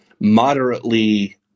moderately